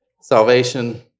salvation